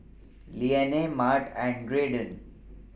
Lennie Mart and Graydon